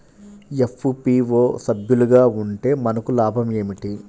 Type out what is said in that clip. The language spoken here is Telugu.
ఎఫ్.పీ.ఓ లో సభ్యులుగా ఉంటే మనకు లాభం ఏమిటి?